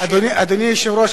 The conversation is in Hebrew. אדוני היושב-ראש,